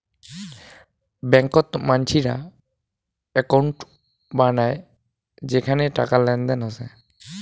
ব্যাংকত মানসিরা একউন্ট বানায় যেখানে টাকার লেনদেন হসে